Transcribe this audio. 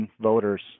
voters